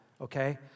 okay